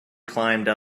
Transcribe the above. climbed